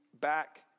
back